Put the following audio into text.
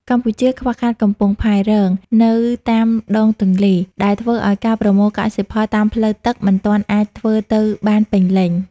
កម្ពុជាខ្វះខាត "កំពង់ផែរង" នៅតាមដងទន្លេ ដែលធ្វើឱ្យការប្រមូលកសិផលតាមផ្លូវទឹកមិនទាន់អាចធ្វើទៅបានពេញលេញ។